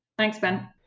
thanks, ben.